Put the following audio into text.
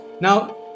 Now